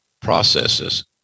processes